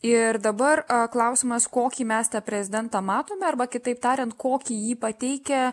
ir dabar klausimas kokį mes tą prezidentą matome arba kitaip tariant kokį jį pateikia